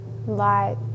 light